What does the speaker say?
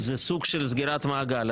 היא סוג של סגירת מעגל.